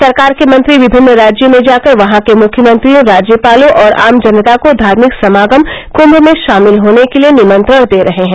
सरकार के मंत्री विभिन्न राज्यों में जाकर वहां के मुख्यमंत्रियों राज्यपालों और आम जनता को धार्मिक समागम कुंभ में षामिल होने के लिये निमंत्रण दे रहे हैं